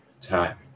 time